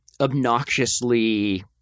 obnoxiously